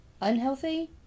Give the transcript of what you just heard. Unhealthy